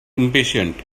impatient